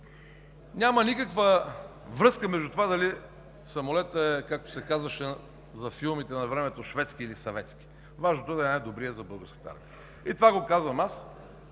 Няма никаква връзка между това дали самолетът е, както се казваше за филмите навремето – шведски или съветски, важното да е най-добрият за Българската армия. И това го казвам аз,